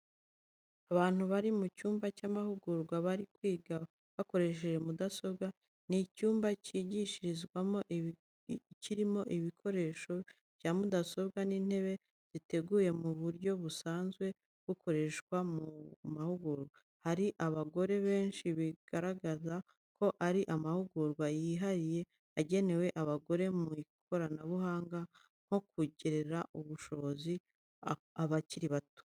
Abantu bari mu cyumba cy'amahugurwa, bari kwiga bakoresheje mudasobwa. Ni icyumba cyigishirizwamo, kirimo ibikoresho bya mudasobwa n’intebe ziteguye mu buryo busanzwe bukoreshwa mu mahugurwa. Hari abagore benshi bigaragaza ko ari amahugurwa yihariye agenewe abagore mu ikoranabuhanga, nko kongerera ubushobozi abakiri bato